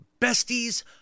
Besties